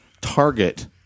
target